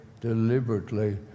deliberately